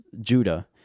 Judah